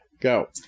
Go